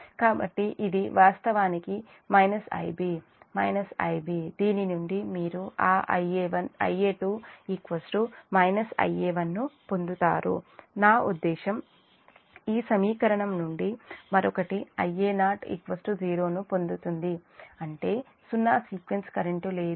కాబట్టి ఇది వాస్తవానికి Ib Ib దీని నుండి మీరు ఆ Ia2 Ia1 ను పొందుతారు నా ఉద్దేశ్యం ఈ సమీకరణం నుండి మరొకటి Ia0 0 ను పొందుతుంది అంటే సున్నా సీక్వెన్స్ కరెంట్ లేదు